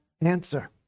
answer